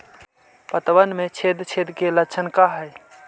पतबन में छेद छेद के लक्षण का हइ?